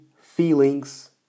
feelings